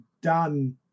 done